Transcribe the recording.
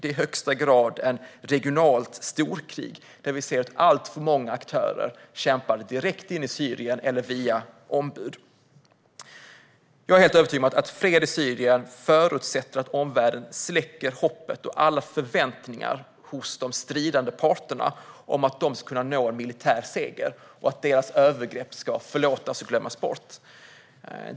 Det är i högsta grad ett regionalt storkrig där vi ser att alltför många aktörer kämpar direkt inne i Syrien eller via ombud. Jag är helt övertygad om att fred i Syrien förutsätter att omvärlden släcker hoppet och alla förväntningar hos de stridande parterna om att de ska kunna nå en militär seger och att deras övergrepp ska förlåtas och glömmas bort.